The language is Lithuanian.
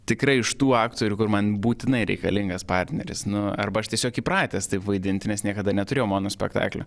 tikrai iš tų aktorių kur man būtinai reikalingas partneris nu arba aš tiesiog įpratęs taip vaidinti nes niekada neturėjau monospektaklio